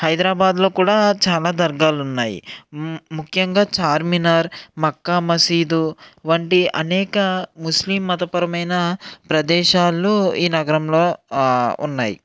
హైదరాబాదలో కూడా చాలా దర్గాలు ఉన్నాయి త్యా ముఖ్యంగా చార్మినార్ మక్కా మసీదు వంటి అనేక ముస్లిం మతపరమైన ప్రదేశాలు ఈ నగరంలో ఉన్నాయి